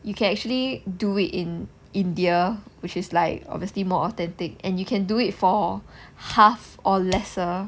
you can actually do it in india which is like obviously more authentic and you can do it for half or lesser